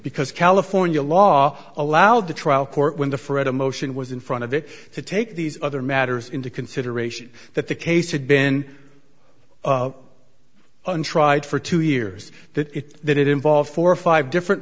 because california law allowed the trial court when the fred a motion was in front of it to take these other matters into consideration that the case had been untried for two years that it that it involved four or five different